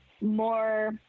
more